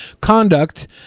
conduct